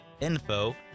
info